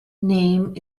name